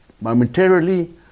momentarily